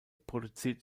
produziert